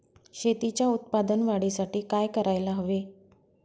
शेतीच्या उत्पादन वाढीसाठी काय करायला हवे?